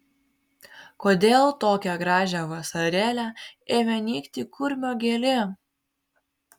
kodėl tokią gražią vasarėlę ėmė nykti kurmio gėlė